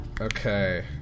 Okay